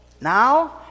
Now